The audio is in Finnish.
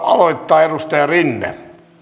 aloittaa edustaja rinne